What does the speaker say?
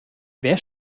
wer